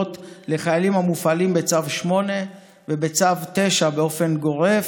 לחיילים המופעלים בצו 8 ובצו 9 באופן גורף.